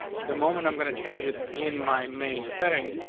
the moment i'm gonna change it in my main setting.